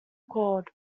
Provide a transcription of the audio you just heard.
called